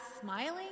smiling